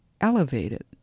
elevated